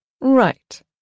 Right